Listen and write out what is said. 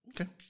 Okay